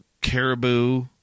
caribou